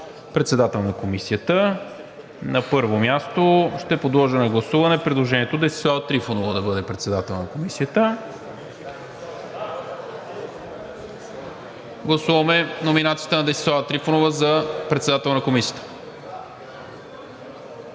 председател на Комисията. На първо място ще подложа на гласуване предложението Десислава Трифонова да бъде председател на Комисията. Гласуваме номинацията на Десислава Трифонова за председател на Комисията.